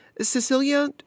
Cecilia